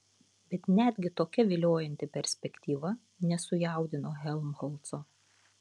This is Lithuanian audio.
bet netgi tokia viliojanti perspektyva nesujaudino helmholco